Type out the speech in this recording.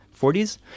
40s